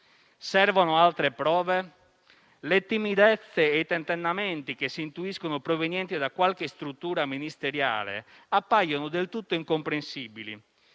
servono altre prove; le timidezze e i tentennamenti che si intuiscono, provenienti da qualche struttura ministeriale appaiono del tutto incomprensibili: